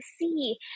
see